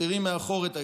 מותירים מאחור את האישי,